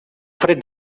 fred